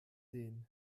sehen